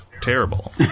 terrible